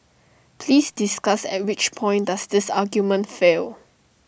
please discuss at which point does this argument fail